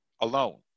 Alone